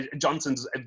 Johnson's